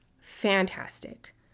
fantastic